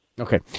Okay